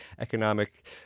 economic